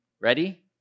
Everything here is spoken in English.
Ready